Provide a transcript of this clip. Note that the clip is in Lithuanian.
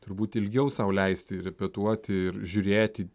turbūt ilgiau sau leisti repetuoti ir žiūrėti